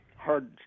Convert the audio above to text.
hard